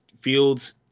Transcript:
Fields